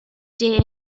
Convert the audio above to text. day